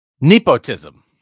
Nepotism